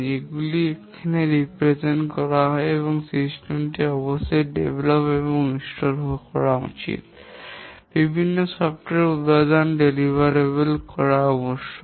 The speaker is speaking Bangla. এগুলি এখানে চিত্রিত করা হয় যে সিস্টেমটি অবশ্যই উন্নত এবং ইনস্টল করা উচিত বিভিন্ন সফটওয়্যার উপাদান বিতরণ করা আবশ্যক